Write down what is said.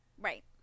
Right